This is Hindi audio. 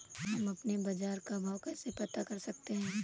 हम अपने बाजार का भाव कैसे पता कर सकते है?